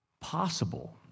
possible